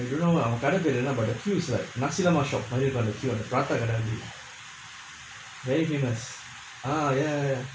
and you know ah கட பெரு வேணுனா பாரு:kada peru venunaa paaru queue is like nasi lemak shop மாரி இருக்கு அந்த:maari irukku antha queue அந்த:antha prata கட மின்னுக்கு:kada minnukku very famous ah ya ya ya